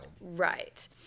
right